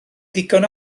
ddigon